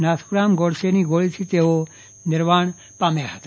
નાથુરામ ગોડસેની ગોળીથી તેઓ નિર્વાણ પામ્યા હતા